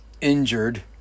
injured